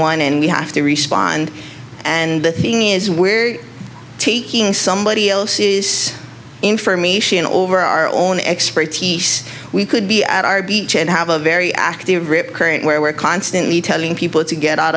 one and we have to respond and the thing is where somebody else is information over our own expertise we could be at our beach and have a very active rip current where we're constantly telling people to get out